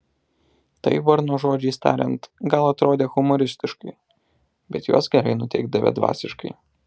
tai varno žodžiais tariant gal atrodę humoristiškai bet juos gerai nuteikdavę dvasiškai